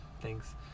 thanks